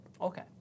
Okay